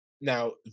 now